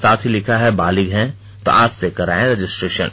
साथ ही लिखा है बालिग हैं तो आज से करांए रजिस्ट्रेशन